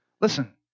Listen